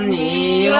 the